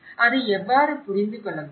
அதை எவ்வாறு புரிந்து கொள்ள முடியும்